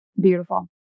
Beautiful